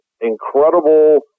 incredible